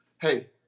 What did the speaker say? hey